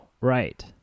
right